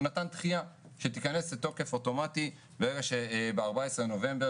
הוא נתן דחייה שתיכנס לתוקף אוטומטי ב-14 לנובמבר,